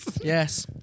Yes